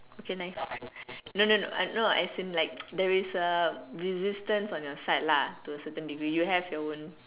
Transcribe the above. okay nice no no no no as in like there is a resistance on your side lah to a certain degree you have your own